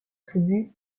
tribu